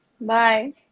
Bye